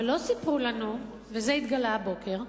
אבל לא סיפרו לנו, וזה התגלה הבוקר,